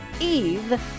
Eve